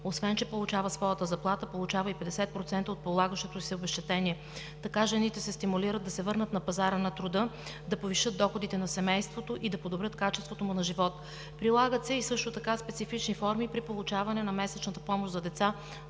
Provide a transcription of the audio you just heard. освен че получава своята заплата, получава и 50% от полагащото ѝ се обезщетение. Така жените се стимулират да се върнат на пазара на труда, да повишат доходите на семейството и да подобрят качеството му на живот. Прилагат се специфични форми при получаване на месечната помощ за деца